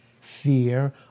fear